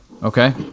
Okay